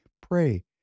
pray